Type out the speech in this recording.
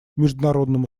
международному